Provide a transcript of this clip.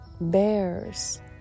bears